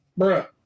bruh